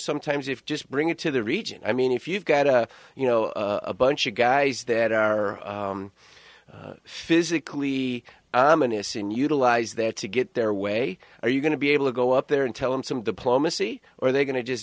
sometimes if just bring it to the region i mean if you've got a you know a bunch of guys that are physically i'm in a scene utilize that to get their way are you going to be able to go up there and tell them some diplomacy or are they going to just